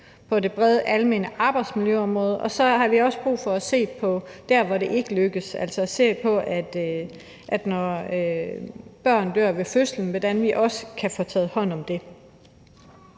og det brede, almene arbejdsmiljøområde, og så har vi også brug for at se på de tilfælde, hvor det ikke lykkes, altså at se på, hvordan vi kan få taget hånd om det,